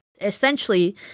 essentially